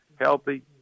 healthy